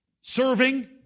serving